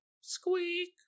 squeak